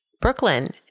Brooklyn